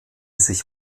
sich